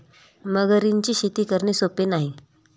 मगरींची शेती करणे सोपे नाही